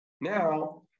Now